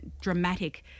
dramatic